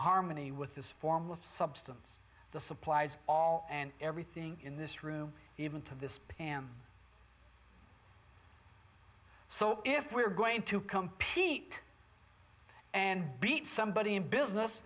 harmony with this form of substance the supplies all and everything in this room even to this pm so if we are going to compete and beat somebody in business